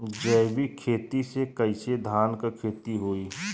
जैविक खेती से कईसे धान क खेती होई?